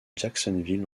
jacksonville